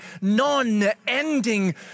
non-ending